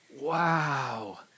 Wow